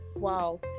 Wow